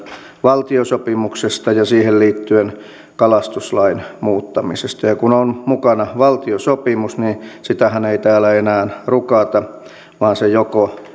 valtiosopimuksesta ja siihen liittyen kalastuslain muuttamisesta ja kun on mukana valtiosopimus niin sitähän ei täällä enää rukata vaan se joko